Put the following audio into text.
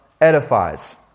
edifies